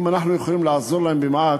אם אנחנו יכולים לעזור להם במעט,